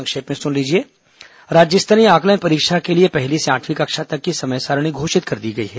संक्षिप्त समाचार राज्य स्तरीय आकलन परीक्षा के लिए पहली से आठवीं कक्षा तक की समय सारिणी घोषित कर दी गई है